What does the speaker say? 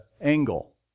angle